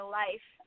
life